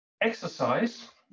Exercise